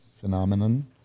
phenomenon